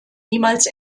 niemals